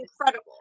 incredible